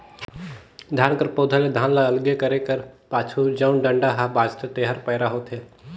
धान कर पउधा ले धान ल अलगे करे कर पाछू जउन डंठा हा बांचथे तेहर पैरा होथे